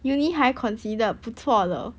university 还 considered 不错了